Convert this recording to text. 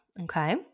Okay